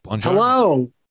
Hello